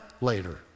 Later